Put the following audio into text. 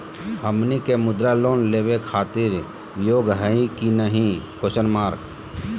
हमनी के मुद्रा लोन लेवे खातीर योग्य हई की नही?